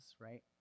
right